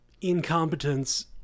incompetence